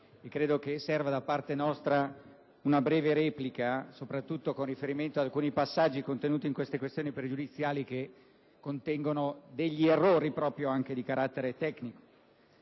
credo che serva da parte nostra una breve replica, soprattutto con riferimento ad alcuni passaggi contenuti in tali questioni pregiudiziali, che contengono errori anche di carattere tecnico.